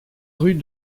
rue